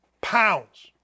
pounds